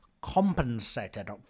compensated